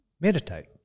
meditate